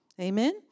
Amen